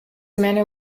manner